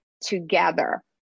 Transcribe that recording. together